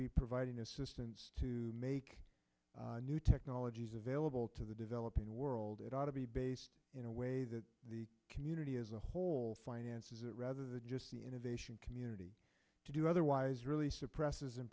be providing assistance to make new technologies available to the developing world it ought to be based in a way that the community as a whole finances it rather than just the innovation community to do otherwise really suppresses